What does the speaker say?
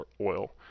oil